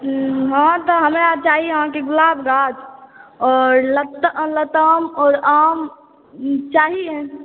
हँ तऽ हमरा चाही अहाँके गुलाब गाछ आओर लताम आओर आम चाही